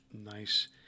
Nice